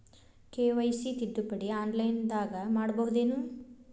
KYC ತಿದ್ದುಪಡಿ ಆನ್ಲೈನದಾಗ್ ಮಾಡ್ಬಹುದೇನು?